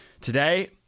Today